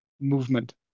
movement